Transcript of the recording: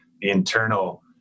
internal